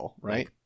right